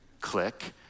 click